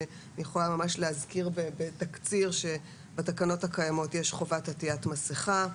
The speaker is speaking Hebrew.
אני יכולה להזכיר בתקציר שבתקנות הקיימות יש חובת עטיית מסכה,